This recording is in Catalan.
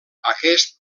aquest